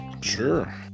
Sure